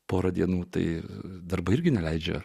porą dienų tai darbai irgi neleidžia